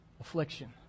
Affliction